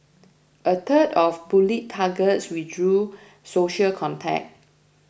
a third of bullied targets withdrew social contact